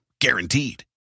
Guaranteed